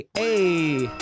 hey